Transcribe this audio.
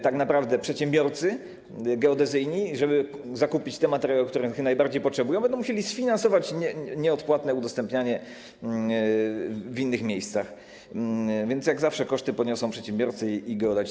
Tak naprawdę przedsiębiorcy geodezyjni, żeby zakupić te materiały, których najbardziej potrzebują, będą musieli sfinansować nieodpłatne udostępnianie w innych miejscach, więc jak zawsze koszty poniosą przedsiębiorcy i geodeci.